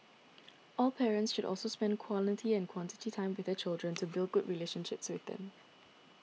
all parents should also spend quality and quantity time with their children to build good relationships with them